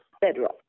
bedrock